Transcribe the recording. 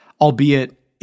albeit